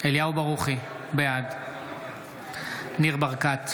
בעד ניר ברקת,